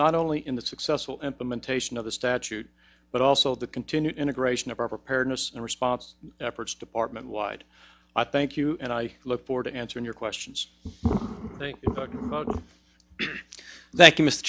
not only in the successful implementation of the statute but also the continued integration of our preparedness and response efforts department wide i thank you and i look forward to answering your questions th